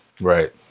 Right